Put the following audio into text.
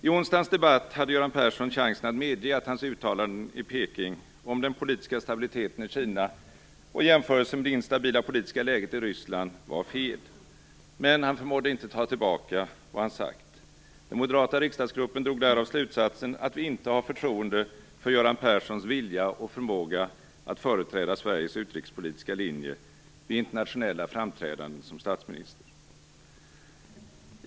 I onsdagens debatt hade Göran Persson chansen att medge att hans uttalanden i Peking om den politiska stabiliteten i Kina och i jämförelsen med det instabila politiska läget i Ryssland var fel, men han förmådde inte ta tillbaka vad han sagt. Den moderata riksdagsgruppen drog därav slutsatsen att vi inte har förtroende för Göran Perssons vilja och förmåga att företräda Sveriges utrikespolitiska linje i internationella framträdanden som statsminister.